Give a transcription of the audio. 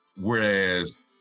Whereas